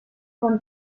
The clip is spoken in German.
von